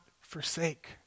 forsake